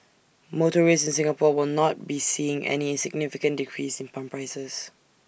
motorists in Singapore will not be seeing any significant decrease in pump prices